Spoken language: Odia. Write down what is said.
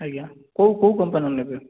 ଆଜ୍ଞା କେଉଁ କେଉଁ କମ୍ପାନୀର ନେବେ